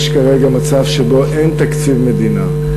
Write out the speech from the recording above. יש כרגע מצב שאין תקציב מדינה.